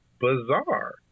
bizarre